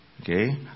Okay